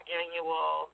annual